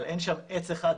אבל אין שם עץ אחד.